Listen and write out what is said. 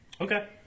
Okay